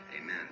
amen